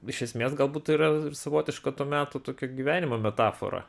iš esmės galbūt tai yra ir savotiško to meto tokio gyvenimo metafora